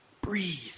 breathe